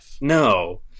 no